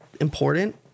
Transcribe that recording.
important